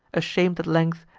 asham'd at length,